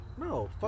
No